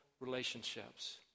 relationships